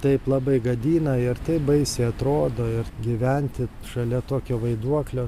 taip labai gadina ir taip baisiai atrodo ir gyventi šalia tokio vaiduoklio